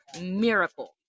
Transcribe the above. Miracle